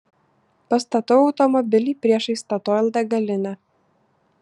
pastatau automobilį priešais statoil degalinę